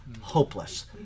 hopeless